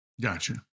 Gotcha